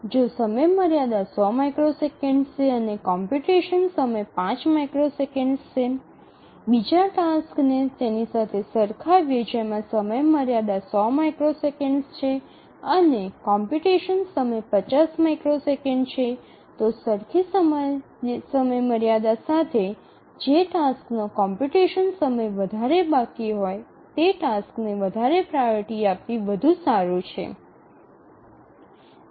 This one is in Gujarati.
જો સમયમર્યાદા ૧00 માઇક્રોસેકન્ડ્સ છે અને કોમ્પ્યુટેશન સમય ૫ માઇક્રોસેકન્ડ્સ છે બીજા ટાસ્કને તેની સાથે સરખાવીએ જેમાં સમયમર્યાદા ૧00 માઇક્રોસેકન્ડ છે અને કોમ્પ્યુટેશન સમય ૫0 માઇક્રોસેકન્ડ્સ છે તો સરખી સમયમર્યાદા સાથે જે ટાસ્કનો કોમ્પ્યુટેશન સમય વધારે બાકી હોય તે ટાસ્કને વધારે પ્રાઓરિટી આપવી વધુ સારું છે